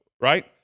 right